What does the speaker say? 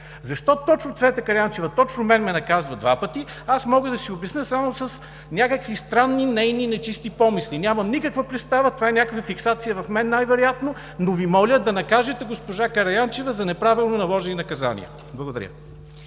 Защо точно Цвета Караянчева точно мен ме наказва два пъти, аз мога да си обясня само с някакви странни нейни нечисти помисли. Нямам никаква представа. Това е някаква фиксация в мен най-вероятно. Моля Ви да накажете госпожа Караянчева за неправилно наложени наказания. Благодаря.